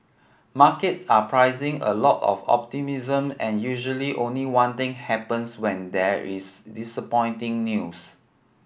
markets are pricing a lot of optimism and usually only one thing happens when there is disappointing news